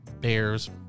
bears